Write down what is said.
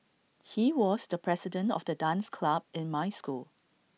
he was the president of the dance club in my school